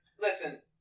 listen